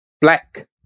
black